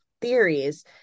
theories